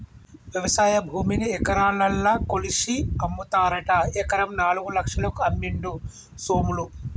వ్యవసాయ భూమిని ఎకరాలల్ల కొలిషి అమ్ముతారట ఎకరం నాలుగు లక్షలకు అమ్మిండు సోములు